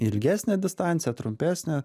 ilgesnę distanciją trumpesnę